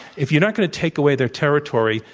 if you're not going to take away their territory,